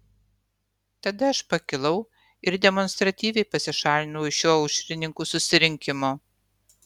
tada aš pakilau ir demonstratyviai pasišalinau iš šio aušrininkų susirinkimo